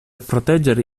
proteggere